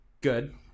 Good